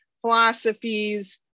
philosophies